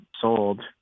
sold